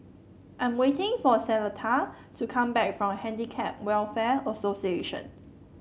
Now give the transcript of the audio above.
I am waiting for Cleta to come back from Handicap Welfare Association